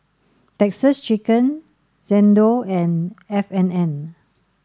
Texas Chicken Xndo and F and N